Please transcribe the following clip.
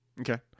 Okay